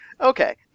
Okay